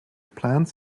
plants